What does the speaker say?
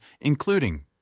including